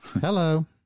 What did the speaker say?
Hello